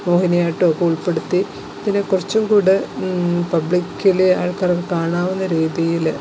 മോഹിനായാട്ടവുമൊക്കെ ഉൾപ്പെടുത്തി ഇതിനെ കുറച്ചും കൂടെ പബ്ലിക്കിലെ ആൾക്കാർക്ക് കാണാവുന്ന രീതിയില്